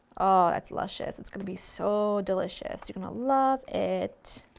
oh that's luscious, it's going to be so delicious, you're going to love it.